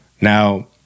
Now